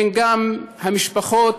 הן המשפחות